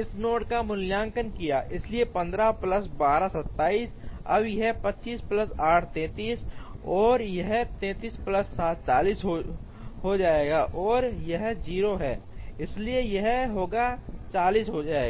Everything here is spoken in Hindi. इस नोड का मूल्यांकन किया है इसलिए यह 15 प्लस 12 27 अब है यह 25 प्लस 8 33 होगा और यह 33 प्लस 7 40 हो जाएगा और यह 0 है इसलिए यह होगा 40 हो गए